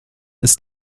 ist